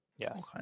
Yes